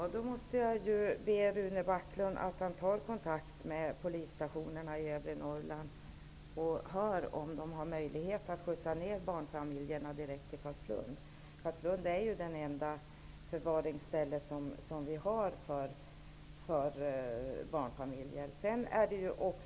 Herr talman! Jag måste då be Rune Backlund att ta kontakt med polisstationerna i övre Norrland för att höra om de har möjlighet att skjutsa ner barnfamiljerna direkt till Carlslund. Det är det enda förvaringsstället som finns i Sverige för barnfamiljer.